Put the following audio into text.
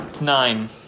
Nine